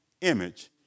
image